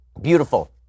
beautiful